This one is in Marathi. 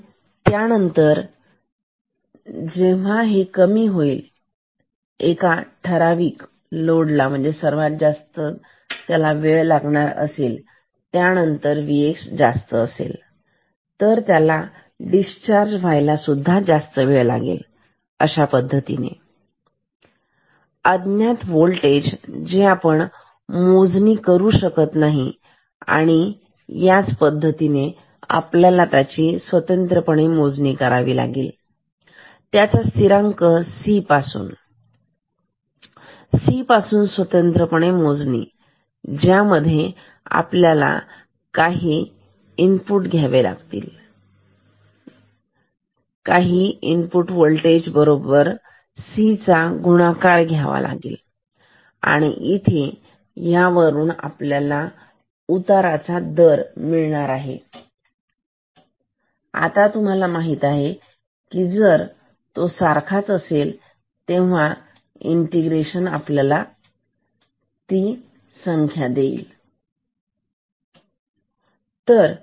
आणि त्यानंतर जेव्हा हे कमी होईल एका ठरवलेल्या लोड सर्वात जास्त वेळ लागेल मग Vx जास्त असेल तर त्याला डिस्चार्ज व्हायला सुद्धा जास्त वेळ लागेल अशा पद्धतीने अज्ञात होल्टेज जे आपण मोजमाप करू शकतो आणि याच पद्धतीने आपण ही मोजणी स्वतंत्रपणे करु शकतो या स्थिरांक C पासून स्वतंत्र ज्यामध्ये आपल्याला काही करून इनपुट वोल्टेज बरोबर C चा गुणाकार घ्यायचा आहे इथे इथे आणि ह्या वरून आपल्याला उतारा चा दर मिळणार आहे आता तुम्हाला माहित आहे की जर सारखाच असेल C दिलेला आहे इंटिग्रेशन ला आणि डीइंटिग्रेशन वेळेला